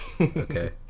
Okay